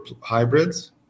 hybrids